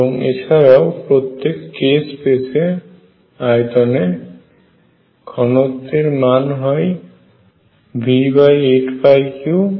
এবং এছাড়াও প্রত্যেকে k স্পেস আয়তনে ঘনত্বের মান হয় V83